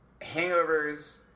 Hangovers